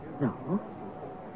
No